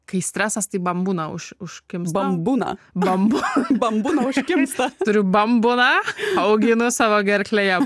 kai stresas tai bambūna už užkimsta bam būna bambu bambuna užkimsta turiu bambuna auginu savo gerklėje